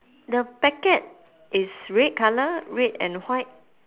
the packet is red colour red and white